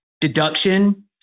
deduction